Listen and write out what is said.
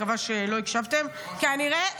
אני מקווה שלא הקשבתם --- של ראש הממשלה.